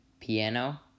piano